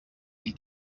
amb